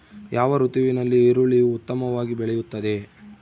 ಯಾವ ಋತುವಿನಲ್ಲಿ ಈರುಳ್ಳಿಯು ಉತ್ತಮವಾಗಿ ಬೆಳೆಯುತ್ತದೆ?